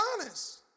honest